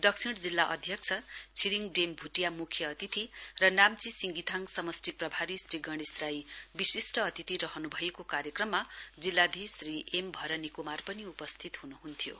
दक्षिण जिल्ला अध्यक्ष छिरिङ डेम भूटिया मुख्य अतिथि र नाम्ची सिङ्गीथाङ समष्टि प्रभारी श्री गणेश राई विशिष्ठ अतिथि रहन् भएको कार्यक्रममा जिल्लाधीश श्री एम भरनी क्मार पनि उपस्थित हन्हन्थ्यो